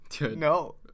No